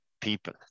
people